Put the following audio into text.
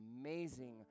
amazing